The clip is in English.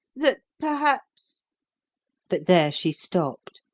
that perhaps but there she stopped.